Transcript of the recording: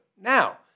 Now